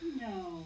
No